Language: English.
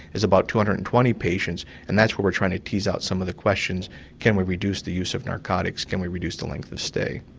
is about two hundred and twenty patients, and that's where we're trying to tease out some of the questions can reduce the use of narcotics? can we reduce the length of stay?